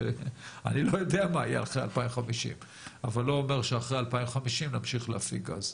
אני לא יודע מה יהיה אחרי 2050 אבל לא אומר שאחרי 2050 נמשיך להפיק גז.